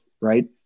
right